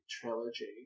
trilogy